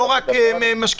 לא רק משקיפים.